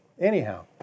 Anyhow